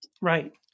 Right